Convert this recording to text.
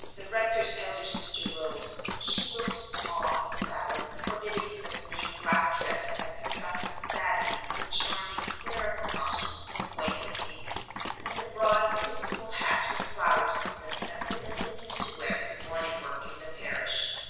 the rector's elder sister rose. she looked tall and sallow and forbidding in the plain black dress that contrasted sadly with the charming clerical costumes of white and pink and the broad episcopal hats with flowers in them that philippa used to wear for morning work in the parish.